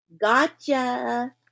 Gotcha